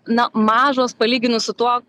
na mažos palyginus su tuo